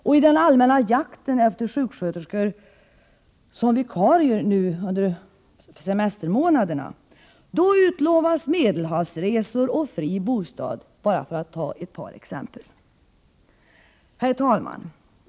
I den allmänna jakten efter sjuksköterskor som vikarier under semestermånaderna utlovas Medelhavsresor och fri bostad — bara för att ta ett par exempel. Herr talman!